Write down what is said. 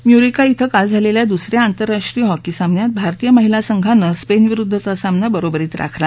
म्युरिका इथं काल झालेल्या दुसऱ्या आंतरराष्ट्रीय हॉकी सामन्यात भारतीय महिला संघानं स्पेन विरुद्धचा सामना बरोबरीत राखला